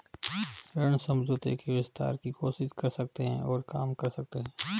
ऋण समझौते के विस्तार की कोशिश कर सकते हैं और काम कर सकते हैं